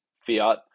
fiat